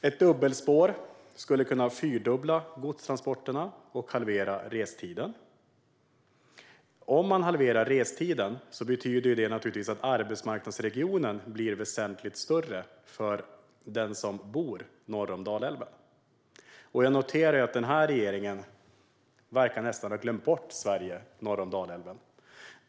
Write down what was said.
Ett dubbelspår skulle kunna fyrdubbla godstransporterna och halvera restiden. Om man halverar restiden blir arbetsmarknadsregionen väsentligt större för den som bor norr om Dalälven. Jag noterar att regeringen nästan verkar ha glömt bort Sverige norr om Dalälven.